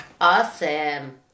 Awesome